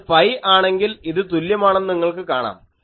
ഇത് പൈ ആണെങ്കിൽ ഇത് തുല്യമാണെന്ന് നിങ്ങൾക്ക് കാണാം